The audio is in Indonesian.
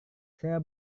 saya